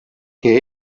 que